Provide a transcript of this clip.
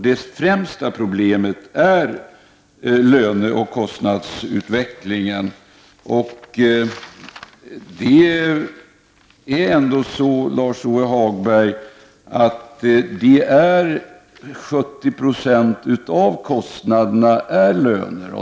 Det främsta problemet är löneoch kostnadsutvecklingen. 70 90 av kostnaderna, Lars-Ove Hagberg, utgörs av lönerna.